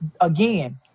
again